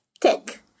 tick